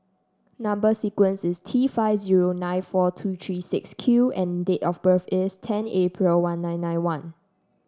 number sequence is T five zero nine four two three six Q and date of birth is ten April one nine nine one